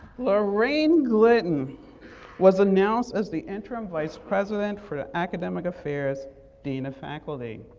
laraine glidden was announced as the interim vice-president for the academic affairs dean of faculty.